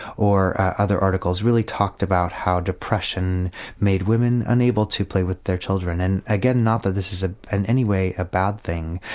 or other articles talked about how depression made women unable to play with their children. and again, not that this is ah in any way a bad thing,